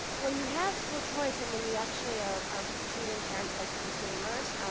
when you have school choice and when you actually are treating parents like consumers,